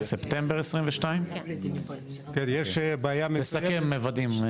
בספטמבר 2022. תסכם ודים.